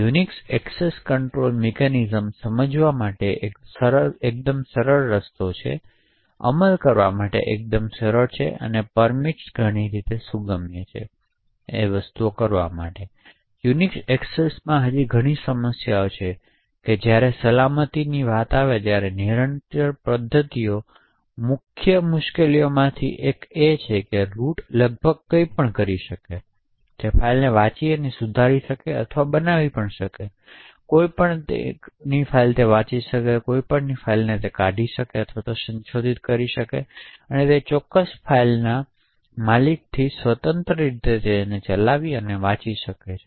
Unix access control mechanisms સમજવા માટે એકદમ સરળ છે અમલ કરવા માટે એકદમ સરળ છે અને પરમિટ્સ ઘણી રીતે સુગમતા છે વસ્તુઓ કરવામાં આવે છે યુનિક્સ એક્સેસ માં હજી ઘણી સમસ્યાઓ છે જ્યારે સલામતીની વાત આવે ત્યારે નિયંત્રણ પદ્ધતિઓ મુખ્ય મુશ્કેલીઓમાંની એક એ છે કે રુટ લગભગ કંઇ પણ કરી શકે છે તેથી તે ફાઇલોને વાંચી અને સુધારી શકે છે અથવા બનાવી શકે છે તે કોઈપણ વાંચી શકે છે અથવા તે ફાઇલોને કાઢી અથવા સંશોધિત કરી શકે છે તે તે ચોક્કસ ફાઇલોના માલિકથી સ્વતંત્ર વાંચી અથવા ચલાવી શકે છે